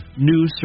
new